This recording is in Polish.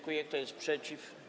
Kto jest przeciw?